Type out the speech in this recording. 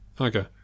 okay